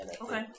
Okay